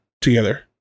together